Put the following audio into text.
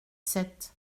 sept